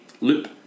loop